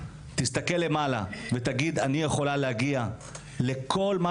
תסתכל למעלה ותגיד אני יכולה להגיע לכל מה